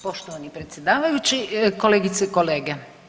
Poštovani predsjedavajući, kolegice i kolege.